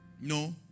No